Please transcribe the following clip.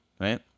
right